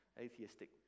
atheistic